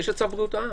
יש צו בריאות העם.